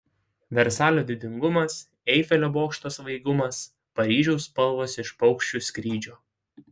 versalio didingumas eifelio bokšto svaigumas paryžiaus spalvos iš paukščių skrydžio